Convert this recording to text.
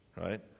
right